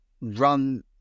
run